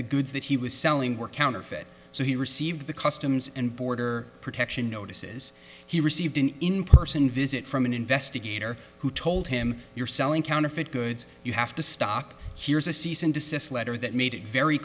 the goods that he was selling were counterfeit so he received the customs and border protection notices he received an in person visit from an investigator who told him you're selling counterfeit goods you have to stock here's a cease and desist letter that made it very